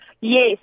yes